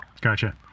Gotcha